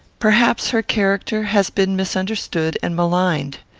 perhaps her character has been misunderstood and maligned.